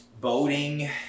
boating